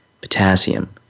potassium